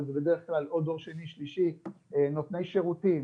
אבל זה בדרך כלל דור שני או שלישי נותני שירותים.